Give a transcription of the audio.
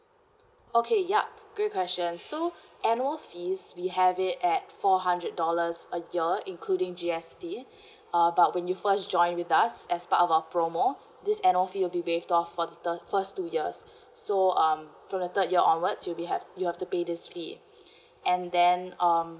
okay yup great question so annual fees we have it at four hundred dollars a year including G_S_T uh but when you first join with us as part of our promo this annual fee will be waived off for the first two years so um for the third year onwards you'll be have you have to pay this fee and then um